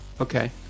Okay